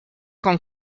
con